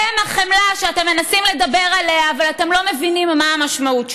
הם החמלה שאתם מנסים לדבר עליה אבל אתם לא מבינים מה המשמעות שלה.